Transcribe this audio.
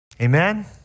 Amen